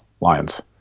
Lions